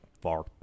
far